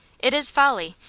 it is folly,